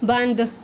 बंद